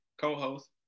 co-host